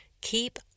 Keep